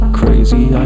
crazy